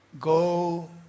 Go